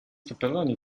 pepperoni